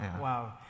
wow